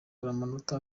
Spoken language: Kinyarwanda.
amanota